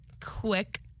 quick